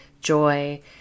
joy